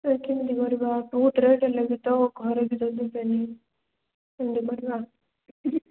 ଆରେ କେମତି କରିବା ବହୁତ ରେଟ୍ ହେଲେ ବି ତ ଘରେ ବି ଯିବେନି ଏମତି କରିବା